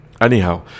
Anyhow